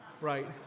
right